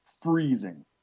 Freezing